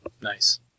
Nice